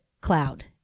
Cloud